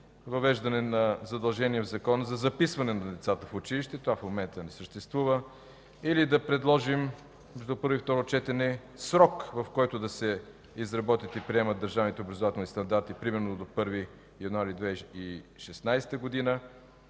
въвеждане на задължение в Закона за записване на децата в училище, това в момента не съществува, или да предложим между първо и второ четене срок, в който да се изработят и приемат държавните образователни стандарти примерно до 1 януари 2016 г.